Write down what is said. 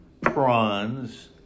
prawns